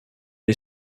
est